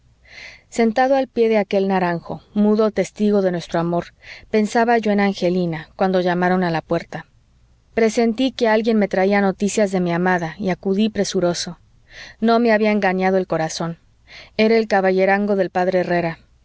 sentado al pie de aquel naranjo mudo testigo de nuestro amor pensaba yo en angelina cuando llamaron a la puerta presentí que alguien me traía noticias de mi amada y acudí presuroso no me había engañado el corazón era el caballerango del p herrera